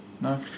No